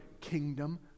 kingdom